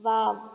wow